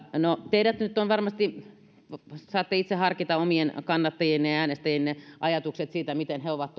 te nyt varmasti saatte itse harkita omien kannattajienne ja äänestäjienne ajatukset siitä millaista politiikkaa he ovat